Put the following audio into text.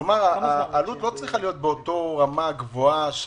כלומר העלות לא צריכה להיות באותה רמה גבוהה.